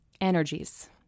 energies